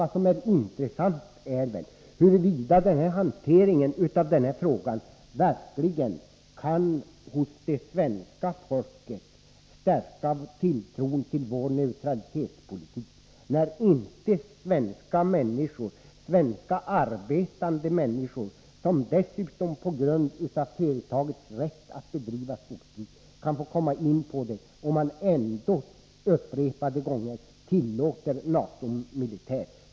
Det intressanta är väl om hanteringen av den här frågan verkligen kan hos svenska folket stärka tilltron till vår neutralitetspolitik. Svenska arbetande människor tillåts inte komma in på området, trots att företaget hos vilket de är anställda har rätt att bedriva skogsbruk där. Ändå tillåts upprepade gånger NATO-militär att komma in på området.